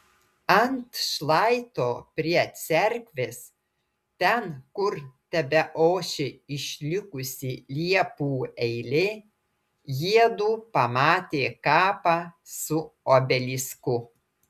ant šlaito prie cerkvės ten kur tebeošė išlikusi liepų eilė jiedu pamatė kapą su obelisku